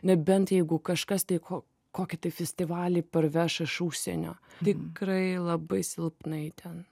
nebent jeigu kažkas tai ko kokį tai festivalį parveš iš užsienio tikrai labai silpnai ten